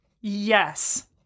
Yes